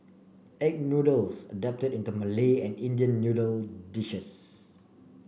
egg noodles adapted into Malay and Indian noodle dishes